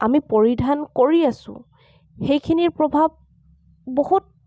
আমি পৰিধান কৰি আছো সেইখিনিৰ প্ৰভাৱ বহুত